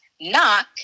Knock